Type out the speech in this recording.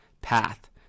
path